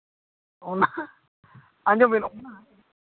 ᱚᱱᱟ ᱟᱸᱡᱚᱢ ᱵᱤᱱ ᱚᱱᱟ